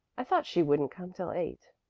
i thought she wouldn't come till eight.